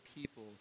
people